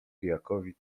pijakowi